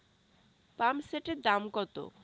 পাম্পসেটের দাম কত?